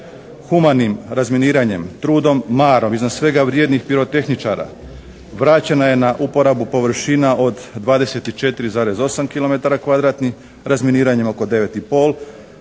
Humanim razminiranjem, trudom i marom iznad svega vrijednih pirotehničara vraćena je na uporabu površina od 24,8 kilometara kvadratnih,